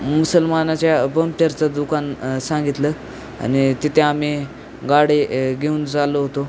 मुसलमानाच्या पंक्चरचं दुकान सांगितलं आणि तिथे आम्ही गाडी घेऊन चाललो होतो